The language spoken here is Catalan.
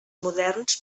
moderns